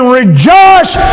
rejoice